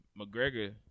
McGregor